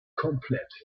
komplett